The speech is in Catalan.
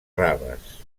raves